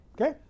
okay